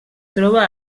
troba